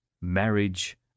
marriage